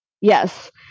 Yes